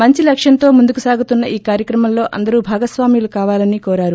మంచి లక్ష్యంతో ముందుకు సాగుతున్న ఈ కార్యక్రమంలో అందరూ భాగస్వాములు కావాలని కోరారు